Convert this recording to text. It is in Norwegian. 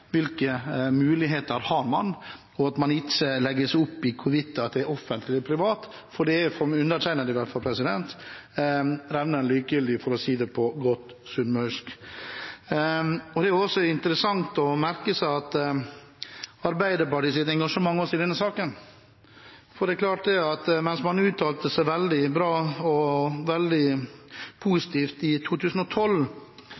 hvilke analyser, hvilke muligheter har man, og at man ikke legger seg opp i om det er offentlig eller privat, for det er, for meg i hvert fall, revnende likegyldig, for å si det på godt sunnmørsk. Det er også interessant å merke seg Arbeiderpartiets engasjement også i denne saken. Mens man uttalte seg veldig bra og veldig